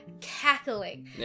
cackling